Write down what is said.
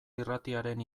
irratiaren